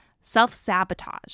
self-sabotage